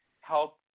help